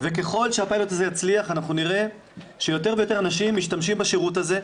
וככל שהפיילוט יצליח כך נראה שיותר ויותר אנשים משתמשים בשירות הזה,